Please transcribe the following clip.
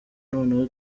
noneho